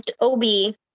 OB